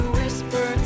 whisper